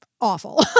awful